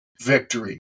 victory